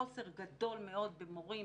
חוסר גדול מאוד במורים